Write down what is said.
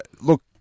look